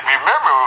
remember